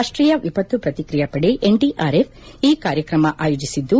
ರಾಷ್ಟೀಯ ವಿಪತ್ತು ಪ್ರತಿಕ್ರಿಯಾ ಪಡೆ ಎನ್ಡಿಆರ್ಎಫ್ ಈ ಕಾರ್ಯಕ್ರಮ ಆಯೋಜಿಸಿದ್ದು